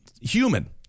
human